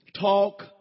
Talk